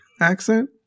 accent